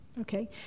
Okay